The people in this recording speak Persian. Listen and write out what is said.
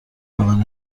اولین